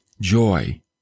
joy